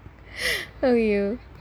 oh ya